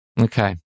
Okay